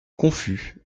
confus